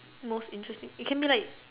most interesting it can be like